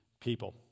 people